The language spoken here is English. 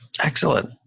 Excellent